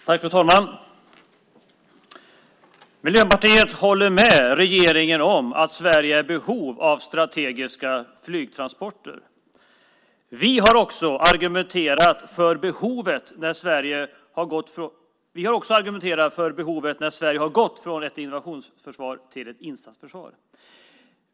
Fru talman! Miljöpartiet håller med regeringen om att Sverige är i behov av strategiska flygtransporter. Vi har också argumenterat för det behovet när Sverige har gått från ett invasionsförsvar till ett insatsförsvar.